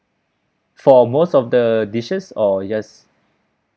for most of the dishes or just